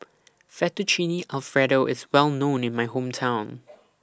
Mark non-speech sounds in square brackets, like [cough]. Fettuccine Alfredo IS Well known in My Hometown [noise]